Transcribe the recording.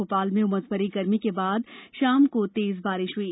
भोपाल में उमसभरी गर्मी के बाद शाम को तेज बारिश हुई